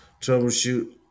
troubleshoot